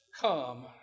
come